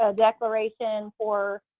ah declaration for.